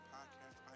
Podcast